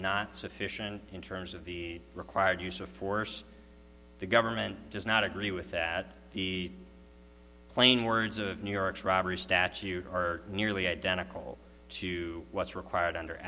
not sufficient in terms of the required use of force the government does not agree with that the plain words of new york's robbery statute are nearly identical to what's required under